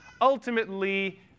ultimately